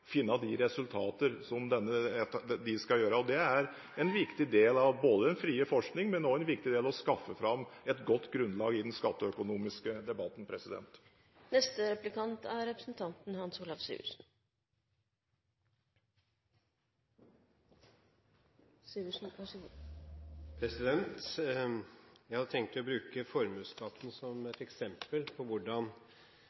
finne de resultater som de skal finne. Det er en viktig del av den frie forskning, men det å skaffe fram et godt grunnlag i den skatteøkonomiske debatten er også en viktig del. Jeg hadde tenkt å bruke formuesskatten som et eksempel på hva de endringer regjeringen og regjeringspartiene har